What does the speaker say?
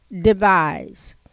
devise